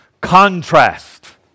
contrast